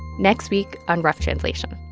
next week on rough translation